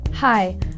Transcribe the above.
Hi